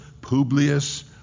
Publius